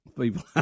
people